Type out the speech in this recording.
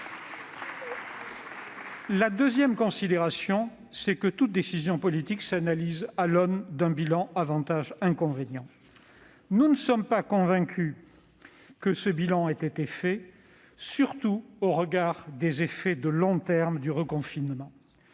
Deuxièmement, toute décision politique s'analyse à l'aune d'un bilan avantages-inconvénients. Nous ne sommes pas convaincus que ce bilan ait été fait, surtout au regard des effets de long terme du reconfinement.